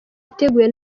yateguwe